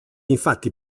infatti